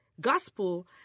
gospel